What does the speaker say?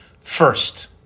first